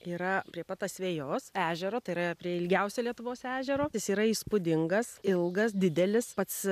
yra prie pat asvejos ežero tai yra prie ilgiausio lietuvos ežero jis yra įspūdingas ilgas didelis pats